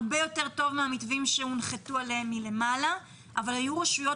הרבה יותר טוב מהמתווים שהונחתו עליהן מלמעלה אבל היו רשויות